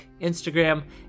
Instagram